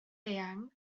eang